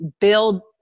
build